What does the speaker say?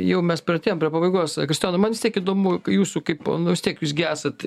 jau mes priartėjom prie pabaigos kristijonai man vis tiek įdomu jūsų kaip nu vis tiek jūs gi esat